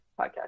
podcast